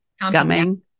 gumming